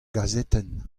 gazetenn